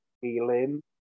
feeling